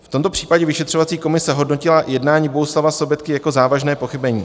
V tomto případě vyšetřovací komise hodnotila jednání Bohuslava Sobotky jako závažné pochybení.